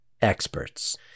experts